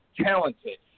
talented